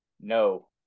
No